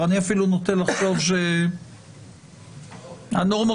אני מניח שהיושב-ראש מכיר אותם היטב,